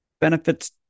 benefits